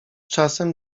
czasem